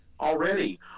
already